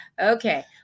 Okay